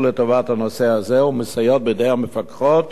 לטובת הנושא הזה והן מסייעות בידי המפקחות